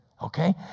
Okay